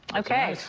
okay.